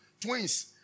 twins